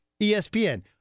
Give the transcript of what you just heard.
ESPN